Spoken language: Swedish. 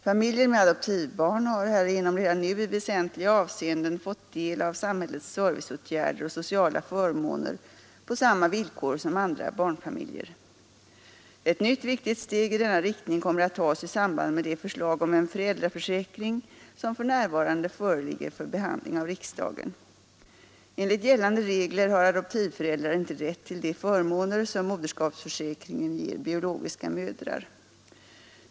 Familjer med adoptivbarn har härigenom redan nu i väsentliga avseenden fått del av samhällets serviceåtgärder och sociala förmåner på samma villkor som andra barnfamiljer. Ett nytt, viktigt steg i denna riktning kommer att tas i samband med det förslag om en föräldraförsäkring som för närvarande föreligger för behandling av riksdagen. Enligt gällande regler har adoptivföräldrar inte rätt till de förmåner som moderskapsförsäkringen ger biologiska mödrar.